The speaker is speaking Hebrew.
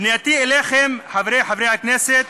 פנייתי אליכם, חברי חברי הכנסת,